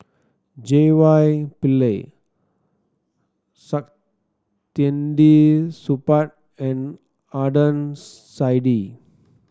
J Y Pillay Saktiandi Supaat and Adnan Saidi